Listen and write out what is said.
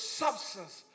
substance